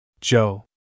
Joe